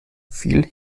viel